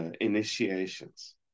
initiations